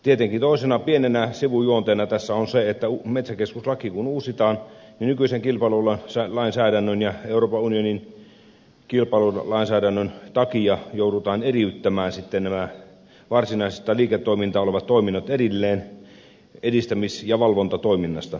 tietenkin toisena pienenä sivujuonteena tässä on se että kun metsäkeskuslaki uusitaan niin nykyisen kilpailulainsäädännön ja euroopan unionin kilpailulainsäädännön takia joudutaan eriyttämään nämä varsinaista liiketoimintaa olevat toiminnot erilleen edistämis ja valvontatoiminnasta